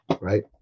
right